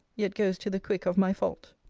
yet goes to the quick of my fault.